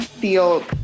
feel